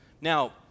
Now